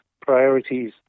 priorities